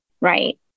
right